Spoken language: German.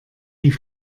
die